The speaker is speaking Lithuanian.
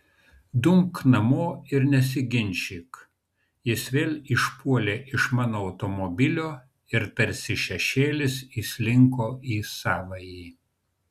dumk namo ir nesiginčyk jis vėl išpuolė iš mano automobilio ir tarsi šešėlis įslinko į savąjį